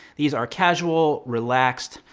these are casual, relaxed,